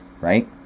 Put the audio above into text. right